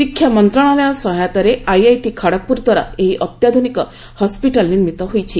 ଶିକ୍ଷାମନ୍ତ୍ରଣାଳୟ ସହାୟତାରେ ଆଇଆଇଟି ଖଡଗପୁର ଦ୍ୱାରା ଏହି ଅତ୍ୟାଧୁନିକ ହସ୍ଫିଟାଲ ନିର୍ମିତ ହୋଇଛି